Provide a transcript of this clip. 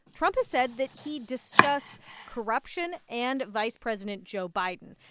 trump has said that he discussed corruption and vice president joe biden.